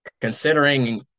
considering